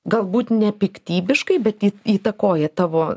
galbūt nepiktybiškai bet įtakoja tavo